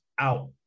out